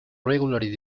regularly